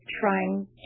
trying